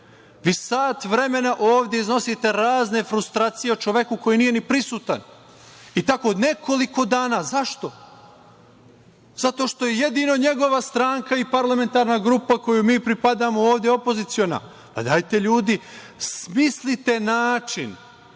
sat vremena ovde iznosite razne frustracije o čoveku koji nije ni prisutan i tako nekoliko dana. Zašto? Zato što je jedino njegova stranka i parlamentarna grupa, kojoj mi pripadamo ovde, opoziciona. Pa, dajte ljudi, smislite način